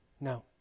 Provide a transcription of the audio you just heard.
No